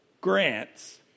grants